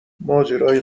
ماجرای